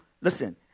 listen